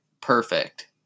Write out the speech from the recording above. perfect